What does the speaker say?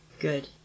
Good